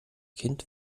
kind